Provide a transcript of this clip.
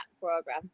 program